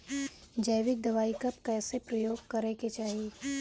जैविक दवाई कब कैसे प्रयोग करे के चाही?